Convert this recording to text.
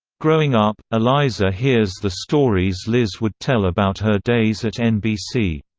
growing up, eliza hears the stories liz would tell about her days at nbc.